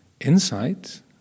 insight